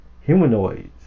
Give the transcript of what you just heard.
humanoids